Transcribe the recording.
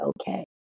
okay